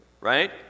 Right